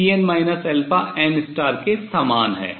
जो Cn m के समान है